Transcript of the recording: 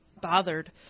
bothered